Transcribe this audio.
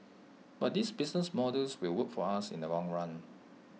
but these business models will work for us in the long run